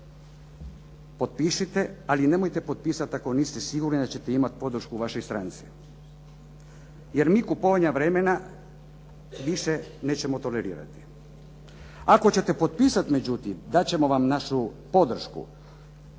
Potpišite, ali nemojte potpisat ako niste sigurni da ćete imati podršku u vašoj stranci, jer mi kupovanja vremena više nećemo tolerirati. Ako ćete potpisat međutim, dat ćemo vam našu podršku.